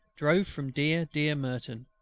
drove from dear, dear merton,